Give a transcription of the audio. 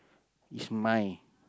is mine